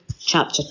chapter